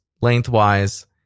lengthwise